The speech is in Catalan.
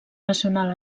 nacional